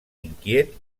inquiet